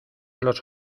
los